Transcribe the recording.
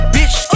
Bitch